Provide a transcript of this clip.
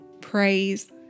praise